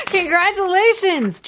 Congratulations